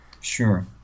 Sure